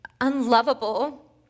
unlovable